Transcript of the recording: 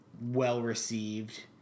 well-received